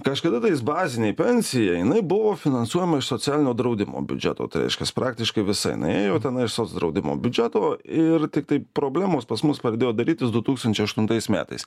kažkada tais bazinė pensija jinai buvo finansuojama iš socialinio draudimo biudžeto tai reiškias praktiškai visa jinai ėjo ten iš socdraudimo biudžeto ir tiktai problemos pas mus pradėjo darytis du tūkstančiai aštuntais metais